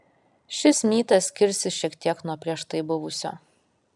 šis mytas skirsis šiek tiek nuo prieš tai buvusio